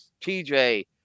TJ